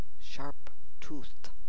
sharp-toothed